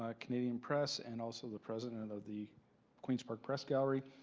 ah canadian press, and also the president of the queen's park press gally.